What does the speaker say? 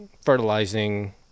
fertilizing